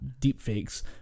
deepfakes